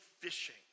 fishing